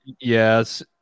Yes